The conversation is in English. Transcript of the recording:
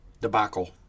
debacle